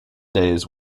days